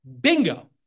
Bingo